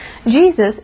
Jesus